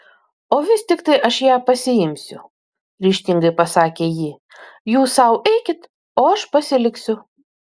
o vis tiktai aš ją pasiimsiu ryžtingai pasakė ji jūs sau eikit o aš pasiliksiu